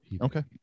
Okay